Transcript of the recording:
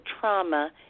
trauma